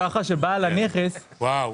וואו,